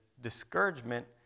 discouragement